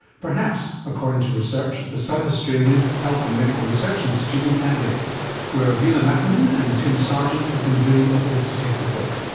perhaps, according to research at the south australian health and medical research institute in adelaide where ville makinen and tim sargeant have been doing a bit of detective work.